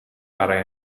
برای